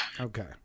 Okay